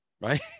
right